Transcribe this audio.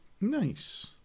nice